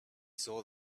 saw